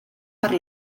per